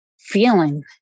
feeling